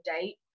date